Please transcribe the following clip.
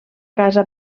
casa